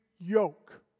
yoke